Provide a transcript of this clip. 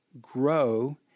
grow